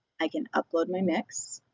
i can upload my mix,